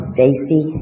Stacy